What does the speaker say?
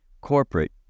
corporate